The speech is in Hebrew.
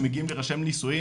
שמגיעים להירשם לנישואין,